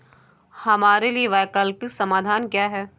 हमारे लिए वैकल्पिक समाधान क्या है?